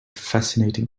fascinating